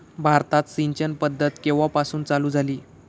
भारतात सिंचन पद्धत केवापासून चालू झाली?